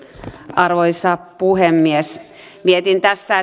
arvoisa puhemies mietin tässä